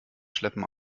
schleppen